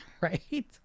right